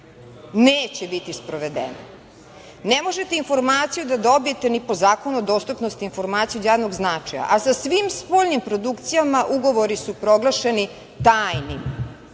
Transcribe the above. neće biti sprovedene. Ne možete informaciju da dobijete ni po Zakonu o dostupnosti informaciji od javnog značaja, a sa svim spoljnim produkcijama ugovori su proglašeni tajnim,